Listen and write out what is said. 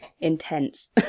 intense